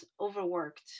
overworked